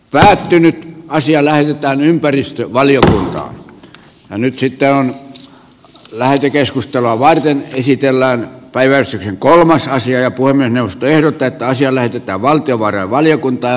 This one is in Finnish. lähdin asia lähetetään ympäristövaliokuntaan männyt sitä on lähetekeskustelua varten kehitellään päiväys kolmas asia voi puhemiesneuvosto ehdottaa että asia lähetetään valtiovarainvaliokuntaan